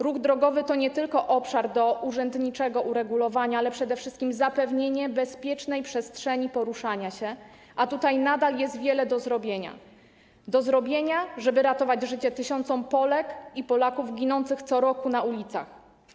Ruch drogowy to nie tylko obszar do urzędniczego uregulowania, ale przede wszystkim zapewnienie bezpiecznej przestrzeni poruszania się, a tutaj nadal jest wiele do zrobienia, żeby ratować życie tysiącom Polek i Polaków ginących co roku na ulicach.